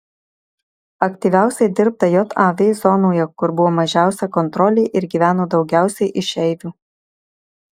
aktyviausiai dirbta jav zonoje kur buvo mažiausia kontrolė ir gyveno daugiausiai išeivių